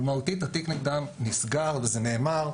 אבל מהותית התיק נגדם נסגר וזה נאמר.